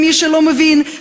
ומי שלא מבין,